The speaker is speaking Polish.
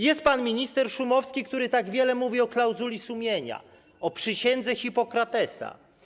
Jest pan minister Szumowski, który tak wiele mówi o klauzuli sumienia, o przysiędze Hipokratesa.